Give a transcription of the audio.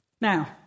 Now